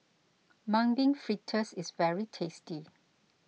Mung Bean Fritters is very tasty